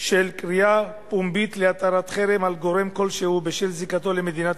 של קריאה פומבית להטלת חרם על גורם כלשהו בשל זיקתו למדינת